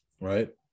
right